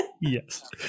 Yes